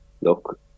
look